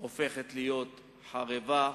הופכת להיות חרבה.